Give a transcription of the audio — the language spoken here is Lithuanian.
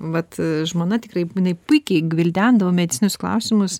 vat žmona tikrai jinai puikiai gvildendavo medicininius klausimus